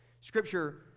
Scripture